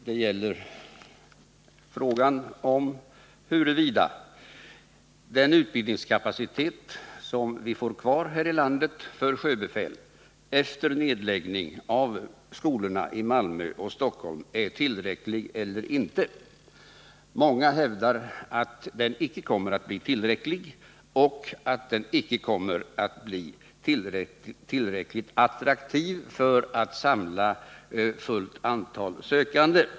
Det gäller frågan huruvida den kapacitet som vi får kvar här i landet för utbildning av sjöbefäl efter nedläggning av skolorna i Malmö och Stockholm är tillräcklig eller inte. Många hävdar att den icke kommer att bli tillräcklig och att den icke kommer att bli tillräckligt attraktiv för att samla fullt antal sökande.